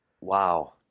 wow